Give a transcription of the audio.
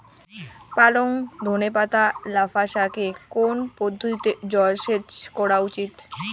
পালং ধনে পাতা লাফা শাকে কোন পদ্ধতিতে জল সেচ করা উচিৎ?